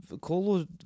Colo